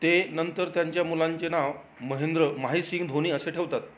ते नंतर त्यांच्या मुलाचे नाव महेंद्र माही सिंग धोनी असे ठेवतात